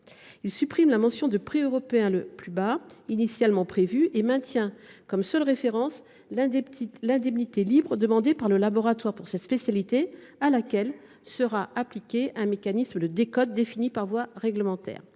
à supprimer la mention de prix européen le plus bas initialement prévue et à maintenir comme seule référence l’indemnité libre demandée par le laboratoire pour cette spécialité, à laquelle sera appliqué un mécanisme de décote défini par voie réglementaire.